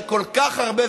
שכל כך הרבה,